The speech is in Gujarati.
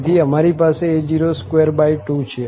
તેથી અમારી પાસે a022 છે